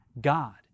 God